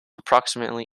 approximately